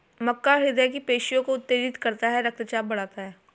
मक्का हृदय की पेशियों को उत्तेजित करता है रक्तचाप बढ़ाता है